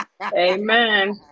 amen